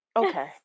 okay